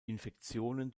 infektionen